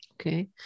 Okay